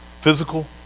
physical